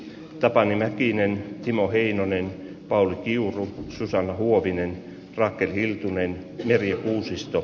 tapani mäkinen timo heinonen pauli kiuru susanna huovinen rakel hiltunen merja kuusisto